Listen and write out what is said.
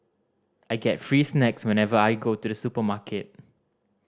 I get free snacks whenever I go to the supermarket